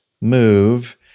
move